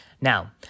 Now